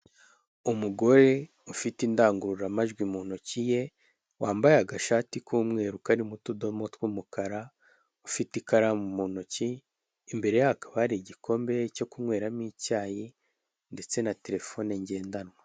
Umugore ufite indangururamajwi mu ntoki ye, wambaye agashati k'umweru karimo utudomo tw'umukara, ufite ikaramu mu ntoki, imbere ye hakaba hari igikombe cyo kunyweramo icyayi ndetse na telefone ngendanwa.